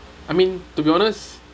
I mean to be honest